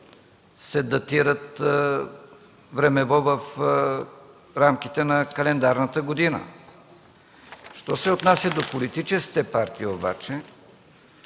се датират времево в рамките на календарната година. Що се отнася до политическите партии обаче,